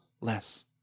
less